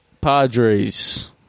Padres